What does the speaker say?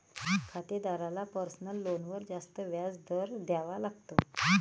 खातेदाराला पर्सनल लोनवर जास्त व्याज दर द्यावा लागतो